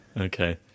okay